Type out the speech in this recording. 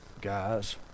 Guys